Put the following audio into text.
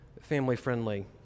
family-friendly